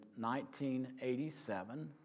1987